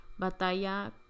batalla